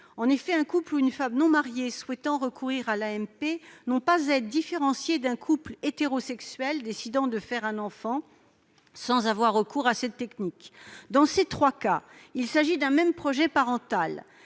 En effet, un couple ou une femme non mariée souhaitant recourir à l'AMP n'ont pas à être différenciés d'un couple hétérosexuel décidant de faire un enfant sans avoir recours à cette technique. Dans ces trois cas, il s'agit d'un même projet parental.